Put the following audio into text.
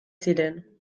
ziren